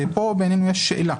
ופה בעינינו יש שאלה.